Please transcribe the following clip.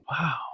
wow